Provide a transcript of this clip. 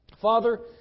Father